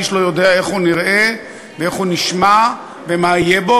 שאיש לא יודע איך הוא נראה ואיך הוא נשמע ומה יהיה בו,